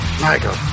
Michael